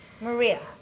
Maria